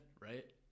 right